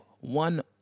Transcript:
one